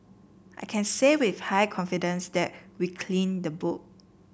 I can say with high confidence that we cleaned the book